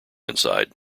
inside